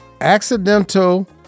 accidental